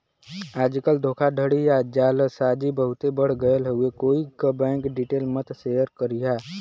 आजकल धोखाधड़ी या जालसाजी बहुते बढ़ गयल हउवे कोई क बैंक डिटेल मत शेयर करिहा